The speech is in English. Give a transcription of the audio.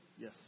Yes